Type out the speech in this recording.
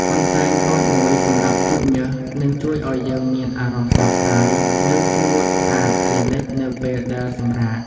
កន្សែងតូចមួយសម្រាប់ជូតញើសនឹងជួយឱ្យយើងមានអារម្មណ៍ស្រស់ស្រាយ និងស្ងួតស្អាតជានិច្ចនៅពេលដែលសម្រាក។